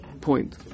point